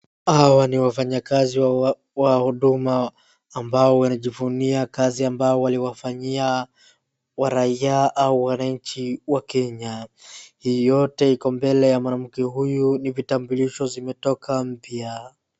Hawa ni wafanyakazi wa huduma ambao wanajivunia kazi ambayo waliwafanyia waraia au wananchi wa Kenya. Hii yote iko mbele ya mwanamke huyu ni vitambulisho vimetoka mpya.